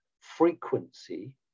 frequency